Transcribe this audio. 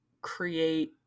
create